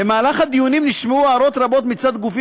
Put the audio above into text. במהלך הדיונים נשמעו הערות רבות מצד גופים